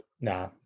Nah